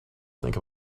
think